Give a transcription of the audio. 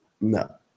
No